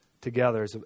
together